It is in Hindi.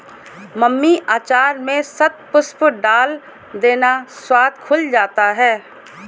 मम्मी अचार में शतपुष्प डाल देना, स्वाद खुल जाता है